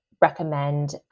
recommend